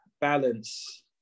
balance